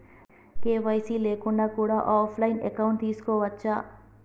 KYC లేకుండా కూడా offline account తీసుకోవచ్చా?